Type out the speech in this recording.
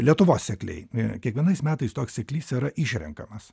lietuvos sekliai kiekvienais metais toks seklys yra išrenkamas